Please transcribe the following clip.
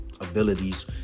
abilities